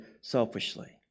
selfishly